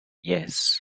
yes